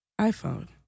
iPhone